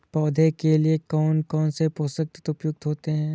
पौधे के लिए कौन कौन से पोषक तत्व उपयुक्त होते हैं?